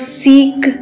seek